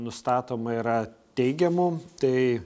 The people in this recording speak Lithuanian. nustatoma yra teigiamų tai